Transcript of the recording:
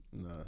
No